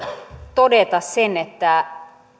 todeta sen että